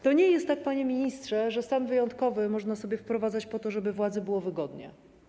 To nie jest tak, panie ministrze, że stan wyjątkowy można sobie wprowadzać po to, żeby władzy było wygodnie.